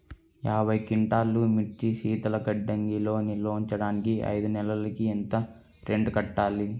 యాభై క్వింటాల్లు మిర్చి శీతల గిడ్డంగిలో నిల్వ ఉంచటానికి ఐదు నెలలకి ఎంత రెంట్ కట్టాలి?